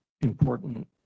important